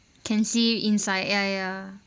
can see inside ya ya